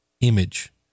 image